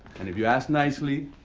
and if you ask nicely,